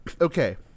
okay